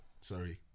Sorry